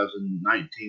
2019